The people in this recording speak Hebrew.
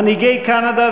מנהיגי קנדה,